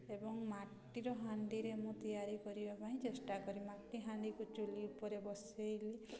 ଏବଂ ମାଟିର ହାଣ୍ଡିରେ ମୁଁ ତିଆରି କରିବା ପାଇଁ ଚେଷ୍ଟା କରି ମାଟି ହାଣ୍ଡିକୁ ଚୁଲି ଉପରେ ବସେଇଲି